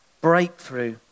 breakthrough